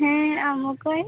ᱦᱮᱸ ᱟᱢ ᱚᱠᱚᱭ